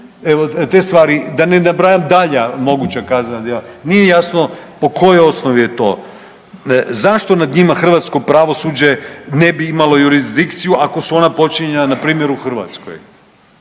Evo, te stvari, da ne nabrajam dalja moguća kaznena djela. Nije jasno po kojoj osnovi je to. Zašto nad njima hrvatsko pravosuđe ne bi imalo jurisdikciju ako su ona počinjena na primjer, u Hrvatskoj?